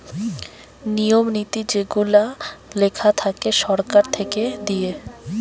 নিয়ম নীতি যেগুলা লেখা থাকে সরকার থেকে দিয়ে